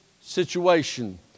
situation